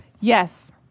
Yes